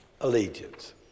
allegiance